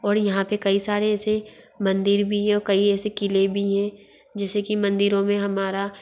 और यहाँ पर कई सारे ऐसे मंदिर भी हैं और कई ऐसे क़िले भी हैं जैसे कि मंदिरों में हमारा